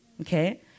okay